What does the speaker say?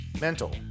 mental